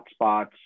hotspots